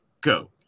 Go